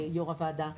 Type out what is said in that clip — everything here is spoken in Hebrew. יו"ר הוועדה,